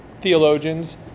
theologians